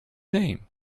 name